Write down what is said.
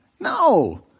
No